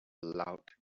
loud